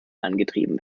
angetrieben